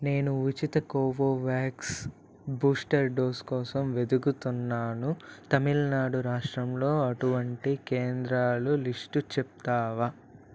నేను ఉచిత Covovax booster dose కోసం వెదుకుతున్నాను తమిళనాడు రాష్ట్రంలో అటువంటి కేంద్రాల లిస్టు చెప్తావా